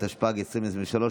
התשפ"ג 2023,